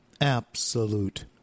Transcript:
Absolute